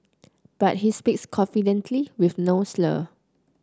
but he speaks confidently with no slur